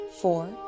four